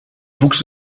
wuchs